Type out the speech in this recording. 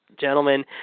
gentlemen